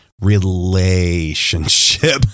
relationship